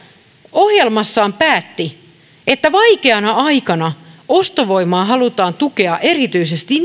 ohjelmassaan päätti että vaikeana aikana ostovoimaa halutaan tukea erityisesti